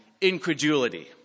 incredulity